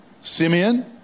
Simeon